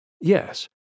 yes